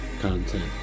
content